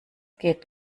geht